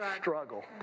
struggle